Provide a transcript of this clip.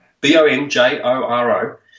B-O-N-J-O-R-O